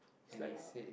it's like a